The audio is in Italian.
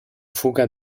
fuga